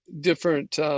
different